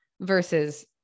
versus